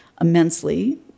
immensely